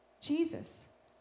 Jesus